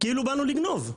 כאילו באנו לגנוב.